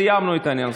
סיימנו את העניין.